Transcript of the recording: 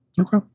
Okay